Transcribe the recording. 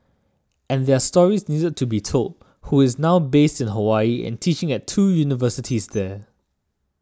and their stories needed to be told who is now based in Hawaii and teaching at two universities there